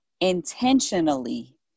intentionally